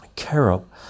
Carob